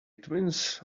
twins